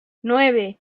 nueve